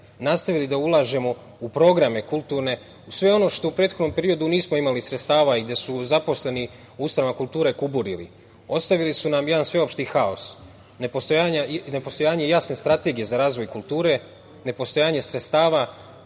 nastavili da ulažemo u kulturne programe, u sve ono za šta u prethodnom periodu nismo imali sredstava i gde su zaposleni u ustanovama kulture kuburili. Ostavili su nam jedan sveopšti haos, nepostojanje jasne strategije za razvoj kulture, nepostojanje sredstava,